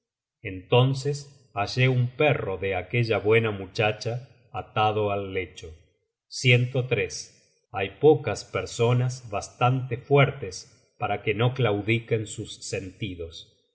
entonces hallé un perro de aquella buena muchacha atado al lecho hay pocas personas bastante fuertes para que no claudiquen sus sentidos